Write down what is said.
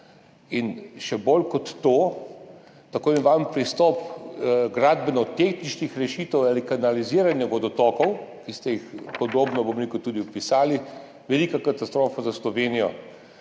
in še bolj kot to tako imenovani pristop gradbeno-tehničnih rešitev ali kanaliziranja vodotokov, ki ste jih podrobno, bom rekel, opisali, velika katastrofa za Slovenijo.